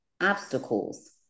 obstacles